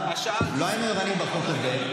לא היינו ערניים בחוק הזה.